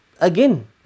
again